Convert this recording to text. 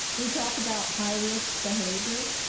we talk about high-risk behavior.